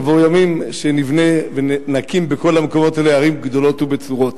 יבואו ימים שנבנה ונקים בכל המקומות האלה ערים גדולות ובצורות.